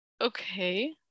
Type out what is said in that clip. Okay